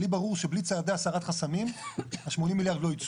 לי ברור שבלי צעדי הסרת חסמים ה-80 מיליארד לא יצאו.